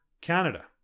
Canada